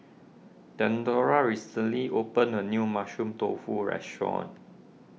theodora recently opened a new Mushroom Tofu restaurant